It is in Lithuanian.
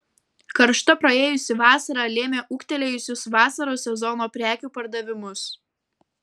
karšta praėjusi vasara lėmė ūgtelėjusius vasaros sezono prekių pardavimus